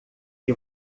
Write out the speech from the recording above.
que